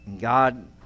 God